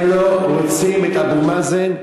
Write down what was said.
הם לא רוצים את אבו מאזן,